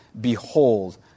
behold